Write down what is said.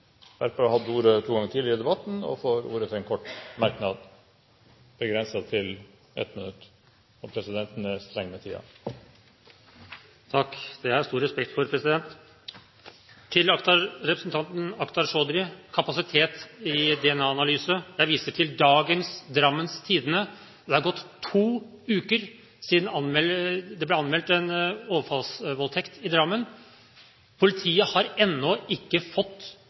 får ordet til en kort merknad, begrenset til 1 minutt. Presidenten er streng med taletiden. Det har jeg stor respekt for, president! Til representanten Akhtar Chaudhry og kapasitet når det gjelder DNA-analyse: Jeg viser til dagens Drammens Tidende. Det har gått to uker siden det ble anmeldt en overfallsvoldtekt i Drammen. Politiet har ennå ikke fått